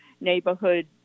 neighborhood